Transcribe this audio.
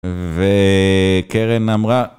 וקרן אמרה